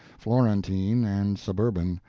florentine and suburban,